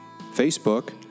Facebook